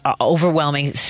overwhelming